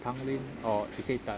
tanglin or isetan